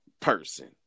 person